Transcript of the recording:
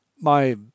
My